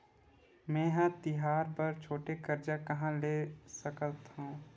मेंहा तिहार बर छोटे कर्जा कहाँ ले सकथव?